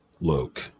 Luke